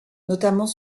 notamment